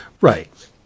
right